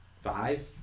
Five